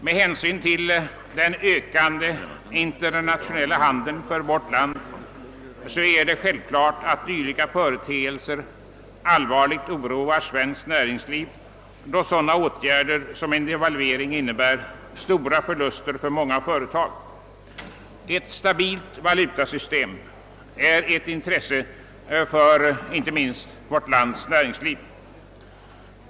Med hänsyn till vårt lands ökande internationelia handel är det självklari att dylika företeelser allvarligt oroar svenskt näringsliv, eftersom sådana åtgärder som en devalvering medför stora förluster för många företag. Ett stabilt valutasystem är alltså ett intresse inte minst för vårt lands näringsliv.